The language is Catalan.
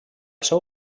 seu